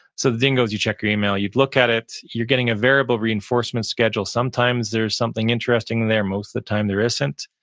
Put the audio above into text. so the thing goes, you check your email, you'd look at it, you're getting a variable reinforcement scheduled, sometimes there's something interesting there. most of the time there isn't.